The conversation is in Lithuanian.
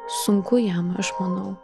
sunku jam aš manau